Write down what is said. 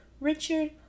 Richard